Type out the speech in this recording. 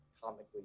comically